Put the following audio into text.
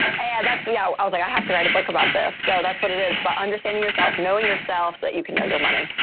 and that's yeah. i was like, i have to write a book about this. so that's what it is about. understanding yourself, knowing yourself so that you can know your money.